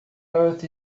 earth